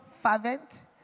fervent